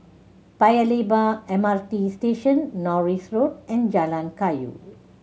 Paya Lebar M R T Station Norris Road and Jalan Kayu